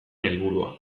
helburua